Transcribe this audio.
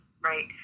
right